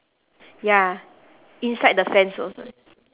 ya inside the fence also